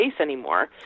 anymore